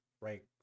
Right